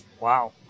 Wow